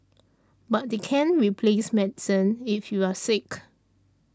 but they can't replace medicine if you're sick